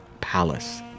palace